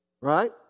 Right